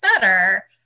better